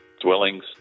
dwellings